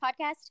podcast